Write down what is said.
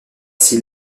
s’il